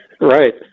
Right